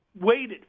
waited